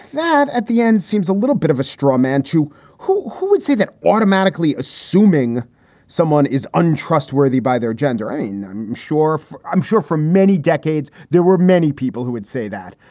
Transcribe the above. that at the end seems a little bit of a straw man to who? who would say that automatically assuming someone is untrustworthy by their gender? i'm i'm sure i'm sure for many decades there were many people who would say that.